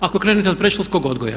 Ako krenete od predškolskog odgoja.